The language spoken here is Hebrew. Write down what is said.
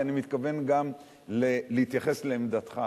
כי אני מתכוון גם להתייחס לעמדתך.